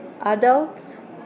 adults